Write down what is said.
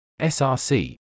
src